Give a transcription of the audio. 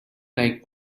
like